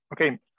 okay